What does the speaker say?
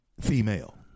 female